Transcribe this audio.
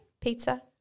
Pizza